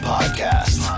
Podcast